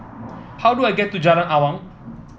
how do I get to Jalan Awang